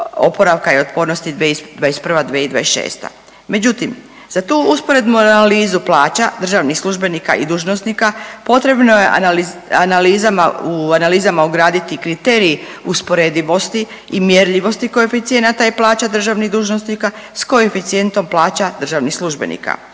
NPOO-a 2021.-2026., međutim za tu usporednu analizu plaća državnih službenika i dužnosnika potrebno je analiz…,analizama, u analizama ugraditi kriterij usporedivosti i mjerljivosti koeficijenata i plaća državnih dužnosnika s koeficijentom plaća državnih službenika.